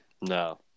no